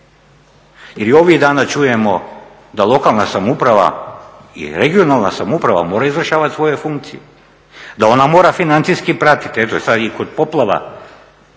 Jer i ovih dana čujemo da lokalna samouprava i regionalna samouprava moraju izvršavati svoje funkcije, da ona mora financijski pratiti, eto sada i kod poplava